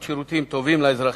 שנותנות שירותים טובים לאזרחים,